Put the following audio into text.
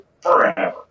forever